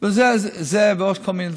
אני הולך לעשות את זה בכולם, כן.